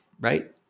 right